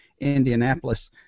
Indianapolis